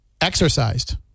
exercised